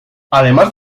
además